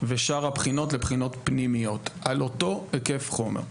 ושאר הבחינות לבחינות פנימיות על אותו היקף חומר.